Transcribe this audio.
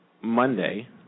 Monday